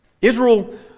israel